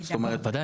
בוודאי.